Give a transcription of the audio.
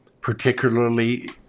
particularly